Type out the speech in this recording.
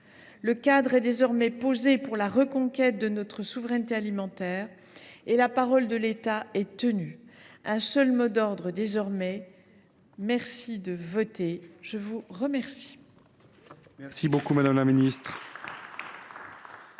Le cadre est désormais posé pour la reconquête de notre souveraineté alimentaire et la parole de l’État est tenue. Mon seul mot d’ordre est désormais : merci de voter ce projet de